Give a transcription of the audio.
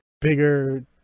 Bigger